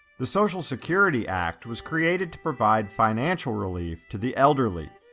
the social security act was created to provide financial relief to the elderly.